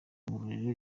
ngororero